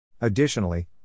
Additionally